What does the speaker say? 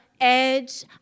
Edge